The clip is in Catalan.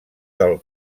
del